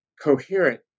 coherent